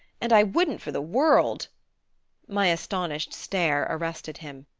and i wouldn't for the world my astonished stare arrested him.